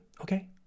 Okay